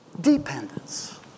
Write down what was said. Dependence